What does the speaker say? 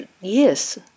yes